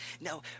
Now